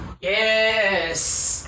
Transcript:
Yes